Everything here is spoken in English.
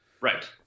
right